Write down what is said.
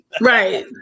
Right